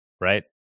right